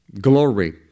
glory